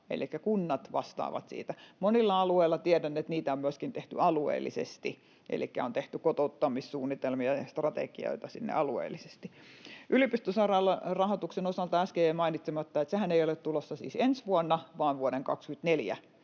kunnat vastaavat siitä. Tiedän, että monilla alueilla on myöskin tehty alueellisesti kotouttamissuunnitelmia ja ‑strategioita. Yliopistosairaalarahoituksen osalta äsken jäi mainitsematta, että sehän ei ole tulossa siis ensi vuonna vaan vuodesta 24